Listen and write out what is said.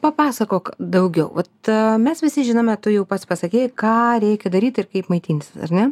papasakok daugiau vat mes visi žinome tu jau pats pasakei ką reikia daryti ir kaip maitintis ar ne